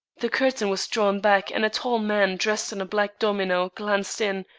the curtain was drawn back and a tall man dressed in a black domino glanced in,